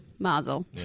Mazel